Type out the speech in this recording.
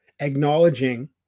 acknowledging